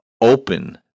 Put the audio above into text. open